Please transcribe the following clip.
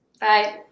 bye